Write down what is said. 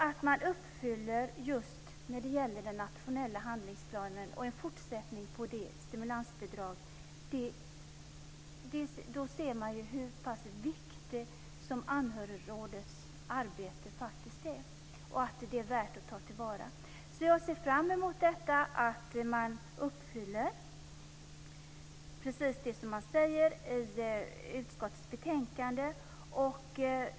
Att man uppfyller den nationella handlingsplanen och fortsätter med stimulansbidraget är viktigt, då vi kan se hur pass viktigt Anhörigrådets arbete faktiskt är och att det är värt att ta till vara. Jag ser alltså fram emot att man uppfyller precis det man säger i utskottets betänkande.